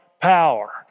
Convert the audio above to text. power